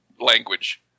language